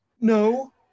No